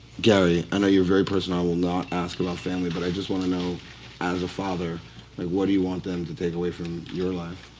gary, i know you're very personable, i will not ask about family, but i just wanna know as a father, like what do you want them to take away from your life?